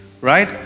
right